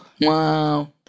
wow